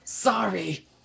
Sorry